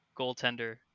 goaltender